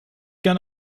gerne